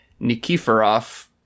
Nikiforov